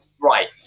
Right